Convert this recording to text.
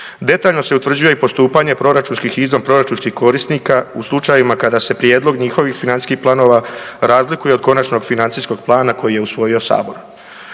Detaljno se utvrđuje i postupanje proračunskih i izvanproračunskih korisnika u slučajevima kada se prijedlog njihovih financijskih planova razlikuje od konačnog financijskog plana koji je usvojio sabor.